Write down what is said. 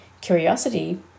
curiosity